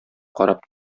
карап